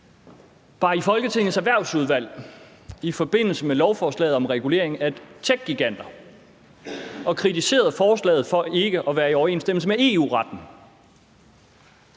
var i Folketingets Erhvervsudvalg i forbindelse med lovforslaget om regulering af techgiganter og kritiserede forslaget for ikke at være i overensstemmelse med EU-retten.